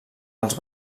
als